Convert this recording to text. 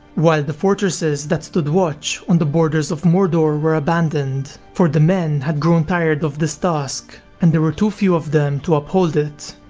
while the fortresses that stood watch on the borders of mordor were abandoned, for the men had grown tired of this task and there were too few of them to uphold it.